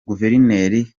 guverineri